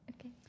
Okay